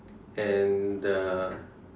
and uh